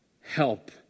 Help